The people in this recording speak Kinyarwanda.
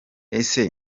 ese